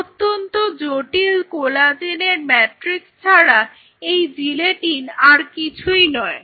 অত্যন্ত জটিল কোলাজেনের ম্যাট্রিক্স ছাড়া এই জিলেটিন আর কিছুই নয়